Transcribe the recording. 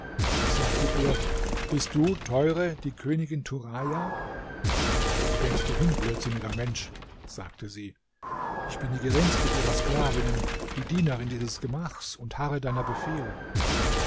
ich sagte ihr bist du teure die königin turaja wo denkst du hin blödsinniger mensch sagte sie ich bin die geringste ihrer sklavinnen die dienerin dieses gemachs und harre deiner befehle